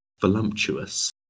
voluptuous